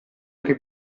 che